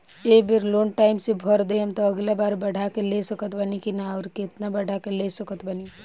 ए बेर loan time से भर देहम त अगिला बार बढ़ा के ले सकत बानी की न आउर केतना बढ़ा के ले सकत बानी?